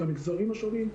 את המגזרים השונים.